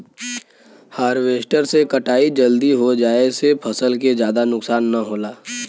harvester से कटाई जल्दी हो जाये से फसल के जादा नुकसान न होला